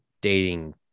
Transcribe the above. dating